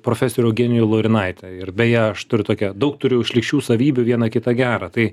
profesorių eugenijų laurinaitį ir beje aš turiu tokią daug turiu šlykščių savybių vieną kitą gerą tai